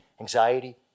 anxiety